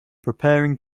preparing